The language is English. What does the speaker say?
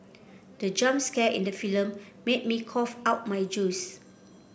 the jump scare in the film made me cough out my juice